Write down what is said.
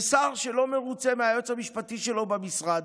ושר שלא מרוצה מהיועץ המשפטי שלו במשרד,